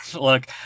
look